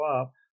up